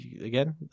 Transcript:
again